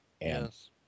Yes